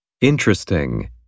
Interesting